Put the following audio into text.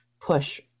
push